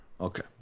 Okay